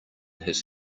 his